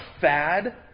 fad